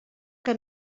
que